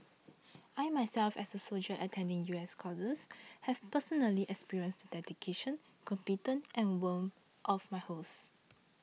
I myself as a soldier attending U S courses have personally experienced the dedication competence and warmth of my hosts